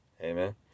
Amen